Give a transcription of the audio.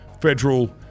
federal